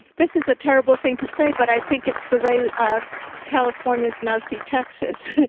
this is a terrible thing to say, but i think it's the way ah california's mostly texas.